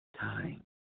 time